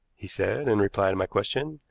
he said, in reply to my question.